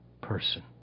person